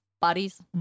Bodies